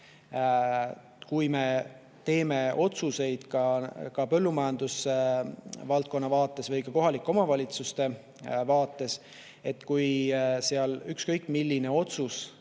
Kui me teeme otsuseid põllumajandusvaldkonna vaates või ka kohalike omavalitsuste vaates ja kui seal ükskõik milline otsus